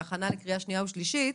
בהכנה לקריאה שנייה ושלישית,